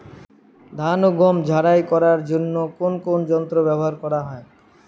ধান ও গম ঝারাই করার জন্য কোন কোন যন্ত্র ব্যাবহার করা হয়?